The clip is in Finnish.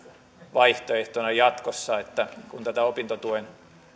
vaihtoehtona jatkossa että kun tätä opintotuen